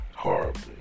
horribly